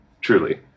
truly